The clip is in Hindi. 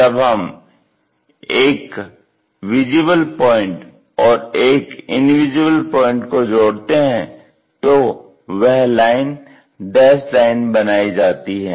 जब हम एक विजिबल पॉइंट और एक इनविजिबल पॉइंट को जोड़ते हैं तो वह लाइन डैस्ड लाइन बनाई जाती है